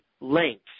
length